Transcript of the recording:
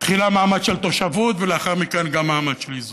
תחילה מעמד של תושבות ולאחר מכן גם מעמד של אזרוח.